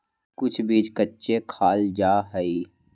कुछ बीज कच्चे खाल जा हई